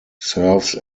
serves